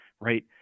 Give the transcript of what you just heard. right